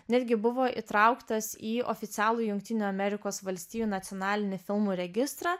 netgi buvo įtrauktas į oficialų jungtinių amerikos valstijų nacionalinių filmų registrą